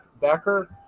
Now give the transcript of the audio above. Becker